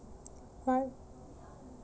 right